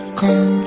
come